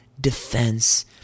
defense